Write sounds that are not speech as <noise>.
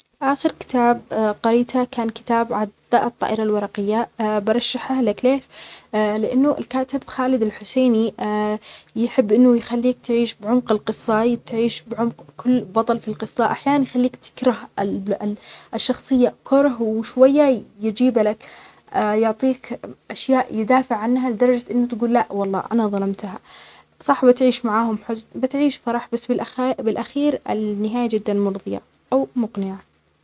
آخر كتاب قريته كان كتاب عداء الطائرة الورقية <hesitation> برشحه لك ,ليه؟ لأنه الكاتب خالد الحسيني <hesitation> يحب أنه يخليك تعيش بعمق القصة تعيش بعمق كل بطل في القصة أحياناً يخليك تكره ال-الشخصية كرهه وشوية يجيب لك يعطيك أشياء يدافع عنها لدرجة أن تقول لا والله أنا ظلمته صح بتعيش معاهم بحزن بتعيش بفرحة بس بالاخار- بالأخير النهاية جدا مرضيه أو مقنعة